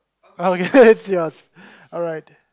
okay let's see how alright